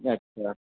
اچھا